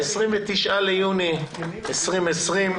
ה-29 ביוני 2020,